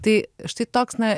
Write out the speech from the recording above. tai štai toks na